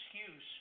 excuse